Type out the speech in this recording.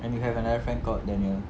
and you have another friend called daniel